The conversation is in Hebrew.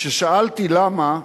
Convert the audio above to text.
כששאלתי: למה?